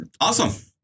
Awesome